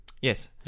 Yes